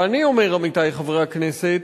ואני אומר, עמיתי חברי הכנסת,